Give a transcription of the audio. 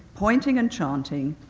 pointing and chanting,